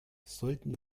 sollten